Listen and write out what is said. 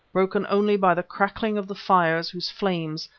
broken only by the crackling of the fires whose flames,